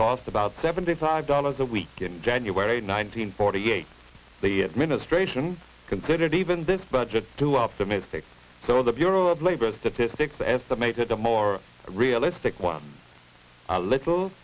cost about seventy five dollars a week in january nineteen forty eight the administration considered even this budget too optimistic for the bureau of labor statistics estimated a more realistic one a little